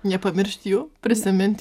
nepamiršt jų prisimint